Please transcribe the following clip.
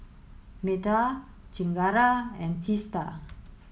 Medha Chengara and Teesta